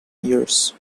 years